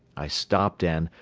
i stopped and,